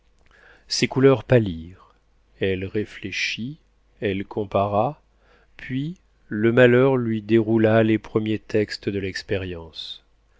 ses couleurs pâlirent elle réfléchit elle compara puis le malheur lui déroula les premiers textes de l'expérience